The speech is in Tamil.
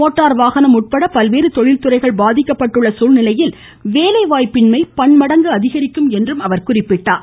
மோட்டார் வாகனம் உட்பட பல்வேறு தொழில்துறைகள் பாதிக்கப்பட்டுள்ள சூழ்நிலையில் வேலைவாய்ப்பின்மை பன்மடங்கு அதிகரிக்கும் என்று அவர் குறிப்பிட்டார்